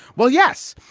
well, yes,